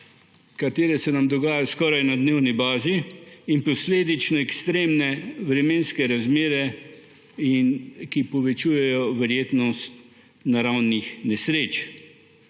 ki se nam dogajajo skoraj na dnevni bazi, in posledično ekstremne vremenske razmere, ki povečujejo verjetnost naravnih nesreč,